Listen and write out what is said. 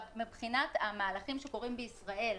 מבחינת המהלכים שקורים בישראל,